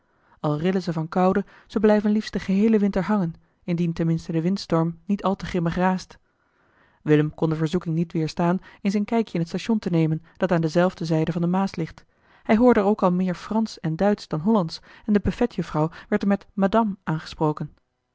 al rillen ze van koude ze blijven liefst den geheelen winter hangen indien ten minste de winterstorm niet al te grimmig raast willem kon de verzoeking niet weerstaan eens een kijkje in t station te nemen dat aan de zelfde zijde van de maas ligt hij hoorde er ook al meer fransch en duitsch dan hollandsch en de buffetjuffrouw werd er met madam aangesproken